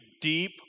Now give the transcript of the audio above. deep